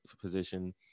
position